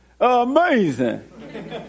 Amazing